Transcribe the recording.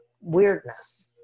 weirdness